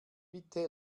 bitte